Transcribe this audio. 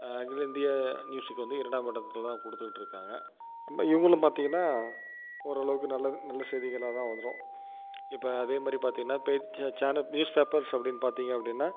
அகில இந்திய நியூஸுக்கு வந்து இரண்டாம் இடத்தில் தான் தான் கொடுத்துக்கிட்டுருக்காங்க இவங்களும் பார்த்திங்கனா ஓரளவுக்கு நல்லது நல்ல செய்திகளா தான் வரும் இப்போ அதே மாதிரி பார்த்திங்கனா இப்போ சே சேனல் நியூஸ் பேப்பர்ஸ் அப்படின்னு பார்த்திங்க அப்படினா